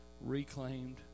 reclaimed